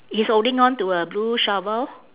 he's holding on to a blue shovel